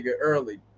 early